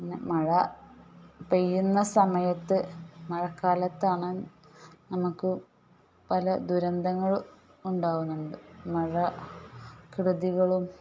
പിന്നെ മഴ പെയ്യുന്ന സമയത്ത് മഴക്കാലത്താണ് നമുക്ക് പല ദുരന്തങ്ങൾ ഉണ്ടാവുന്നുണ്ട് മഴക്കെടുതികളും